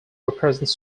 represents